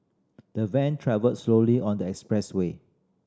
the van travelled slowly on the expressway